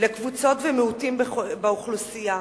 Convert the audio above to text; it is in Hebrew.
לקבוצות ומיעוטים באוכלוסייה.